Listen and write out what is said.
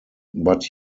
but